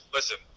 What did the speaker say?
Listen